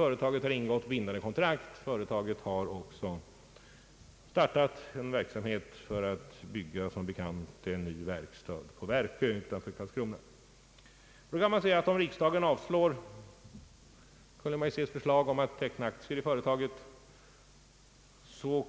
Företaget har ingått bindande kontrakt. Företaget har som bekant startat en verksamhet för att bygga en ny verkstad på Verkön utanför Karlskrona. Då kan man säga att även om riksdagen avslår Kungl. Maj:ts förslag att teckna aktier i företaget, så